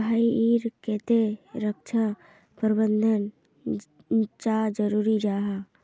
भाई ईर केते रक्षा प्रबंधन चाँ जरूरी जाहा?